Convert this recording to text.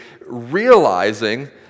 realizing